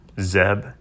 Zeb